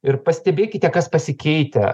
ir pastebėkite kas pasikeitę